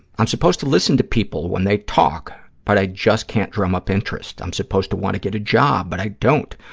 i'm supposed to listen to people when they talk, but i just can't drum up interest. i'm supposed to want to get a job, but i don't.